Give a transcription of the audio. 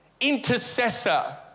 intercessor